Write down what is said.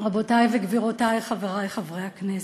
רבותי וגבירותי, חברי חברי הכנסת,